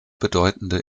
bedeutende